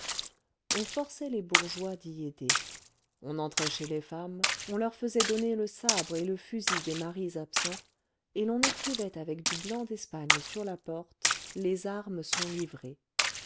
on forçait les bourgeois d'y aider on entrait chez les femmes on leur faisait donner le sabre et le fusil des maris absents et l'on écrivait avec du blanc d'espagne sur la porte les armes sont livrées